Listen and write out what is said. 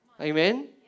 Amen